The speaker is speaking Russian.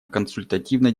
консультативной